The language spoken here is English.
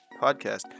podcast